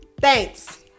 Thanks